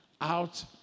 out